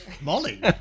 Molly